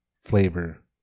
flavor